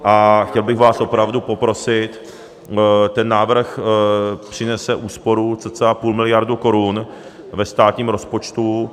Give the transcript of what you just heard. A chtěl bych vás opravdu poprosit, ten návrh přinese úsporu cca půl miliardy korun ve státním rozpočtu.